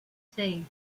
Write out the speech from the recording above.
seis